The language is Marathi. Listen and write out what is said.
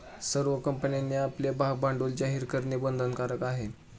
सर्व कंपन्यांनी आपले भागभांडवल जाहीर करणे बंधनकारक आहे